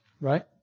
right